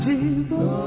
Jesus